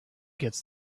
gets